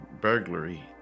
burglary